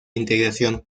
integración